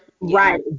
right